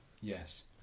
Yes